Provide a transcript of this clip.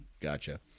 Gotcha